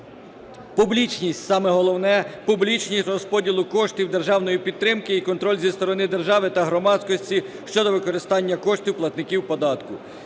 Публічність – саме головне. Публічність розподілу коштів державної підтримки і контроль зі сторони держави та громадськості щодо використання коштів платників податку,